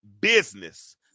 business